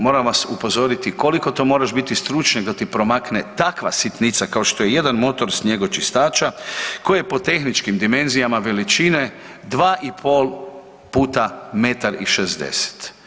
Moram vas upozoriti, koliko to moraš biti stručnjak da ti promakne takva sitnica kao što je jedan motor snjegočistača koji je po tehničkim dimenzijama veličine 2,5 x 1,60.